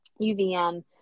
UVM